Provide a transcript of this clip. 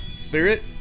spirit